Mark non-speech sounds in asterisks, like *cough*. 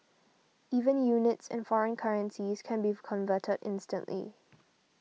even units and foreign currencies can be *unintelligible* converted instantly